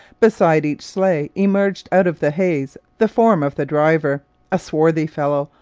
beside each sleigh emerged out of the haze the form of the driver a swarthy fellow,